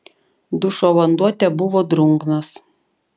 dušo vanduo tebuvo drungnas